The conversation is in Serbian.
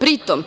Pri tome,